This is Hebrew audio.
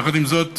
יחד עם זאת,